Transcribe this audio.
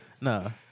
No